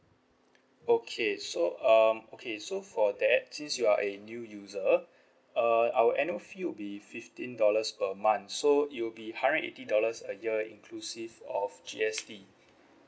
okay so um okay so for that since you are a new user uh our annual fee will be fifteen dollars per month so it will be hundred eighty dollars a year inclusive of G_S_T